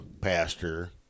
Pastor